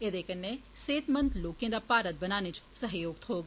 ऐदे कन्नै सेहतमंद लोकें दा भारत बनाने च सहयोग थ्होग